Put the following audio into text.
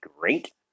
great